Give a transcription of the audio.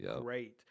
great